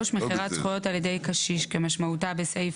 "(ב3) מכירת זכויות על ידי קשיש כמשמעותה בסעיף